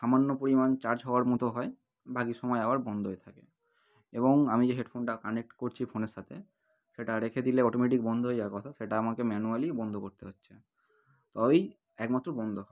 সামান্য পরিমাণ চার্জ হওয়ার মতো হয় বাকি সমায় আবার বন্ধ হয়ে থাকে এবং আমি যে হেডফোনটা কানেক্ট করছি ফোনের সাথে সেটা রেখে দিলে অটোমেটিক বন্ধ হয়ে যাওয়ার কথা সেটা আমাকে ম্যানুয়ালি বন্ধ করতে হচ্ছে তবেই একমাত্র বন্ধ হয়